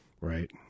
right